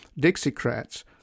Dixiecrats